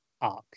arc